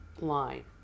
line